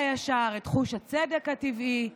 הישר, את חוש הצדק הטבעי,